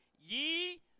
ye